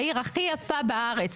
העיר הכי יפה בארץ,